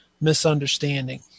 misunderstanding